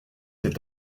cet